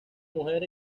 mujer